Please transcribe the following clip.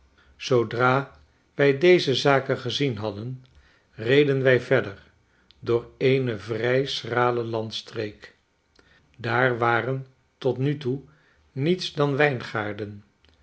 zoodra wij deze zaken gezien hadden reden wij verder door eene vrij schrale landstreek daar waren tot nu toe niets dan wijngaarden